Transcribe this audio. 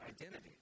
identity